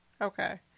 Okay